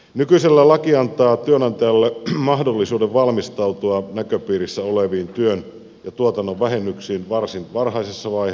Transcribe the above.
nykyisellään laki antaa työnantajalle mahdollisuuden valmistautua näköpiirissä oleviin työn ja tuotannon vähennyksiin varsin varhaisessa vaiheessa